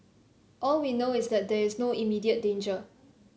all we know is that there is no immediate danger